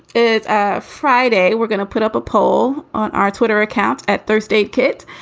it's ah friday. we're gonna put up a poll on our twitter account at thursday, kit,